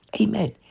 Amen